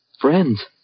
friends